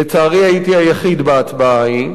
לצערי, הייתי היחיד בהצבעה ההיא.